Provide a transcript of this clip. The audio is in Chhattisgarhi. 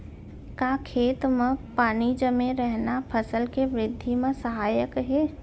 का खेत म पानी जमे रहना फसल के वृद्धि म सहायक हे?